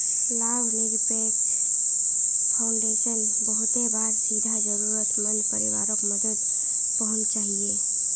लाभ निरपेक्ष फाउंडेशन बहुते बार सीधा ज़रुरत मंद परिवारोक मदद पहुन्चाहिये